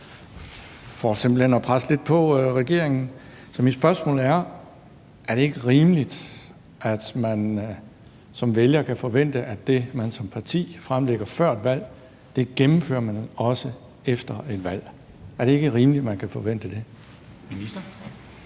hen at presse lidt på regeringen. Så mit spørgsmål er: Er det ikke rimeligt, at man som vælger kan forvente, at det, et parti fremlægger før et valg, gennemfører det også efter et valg? Er det ikke rimeligt, man kan forvente det?